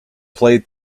played